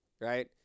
right